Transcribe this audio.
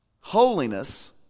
Holiness